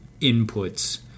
inputs